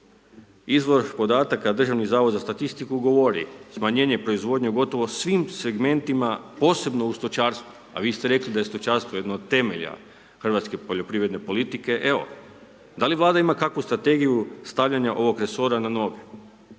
Izvor podataka DZSS govori, smanjenje proizvodnje u gotovo svim segmentima, posebno u stočarstvu a vi ste rekli da je stočarstvo jedno od temelja hrvatske poljoprivredne politike, evo, da li Vlada ima kakvu strategiju stavljanja ovog resora na noge?